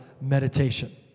meditation